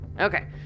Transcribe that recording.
Okay